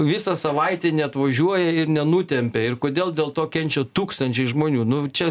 visą savaitę neatvažiuoja ir nenutempia ir kodėl dėl to kenčia tūkstančiai žmonių nu čia